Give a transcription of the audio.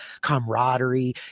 camaraderie